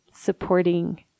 supporting